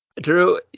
Drew